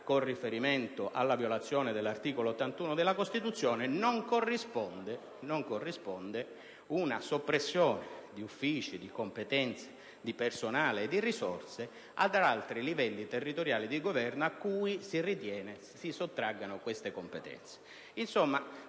pregiudiziale - alla violazione dell'articolo 81 della Costituzione, non corrisponde una soppressione di uffici, di competenze, di personale e di risorse ad altri livelli territoriali di Governo a cui si ritiene si sottraggano queste competenze.